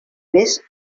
vés